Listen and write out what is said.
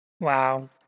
Wow